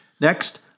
Next